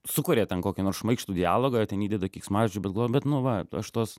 sukuria ten kokį nors šmaikštų dialogą ten įdeda keiksmažodžių bet galvoju bet nu va aš tos